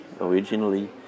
originally